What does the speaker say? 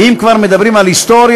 ואם כבר מדברים על ההיסטוריה,